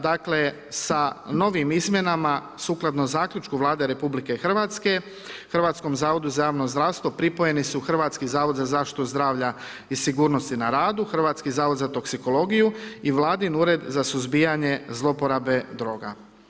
Dakle, sa novim izmjenama sukladno zaključku Vlade Republike Hrvatske, Hrvatskom zavodu za javno zdravstvo, pripojeni su Hrvatski zavod za zaštitu zdravlja i sigurnosti na radu, Hrvatski zavod za toksikologiju i vladin Ured za suzbijanje zloporabe droga.